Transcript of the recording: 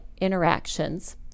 interactions